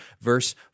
verse